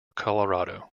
colorado